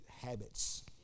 habits